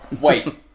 Wait